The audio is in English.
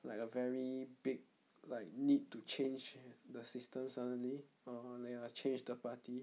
like a very big like need to change the system suddenly or like uh change the party